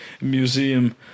museum